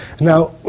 Now